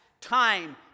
time